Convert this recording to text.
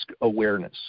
awareness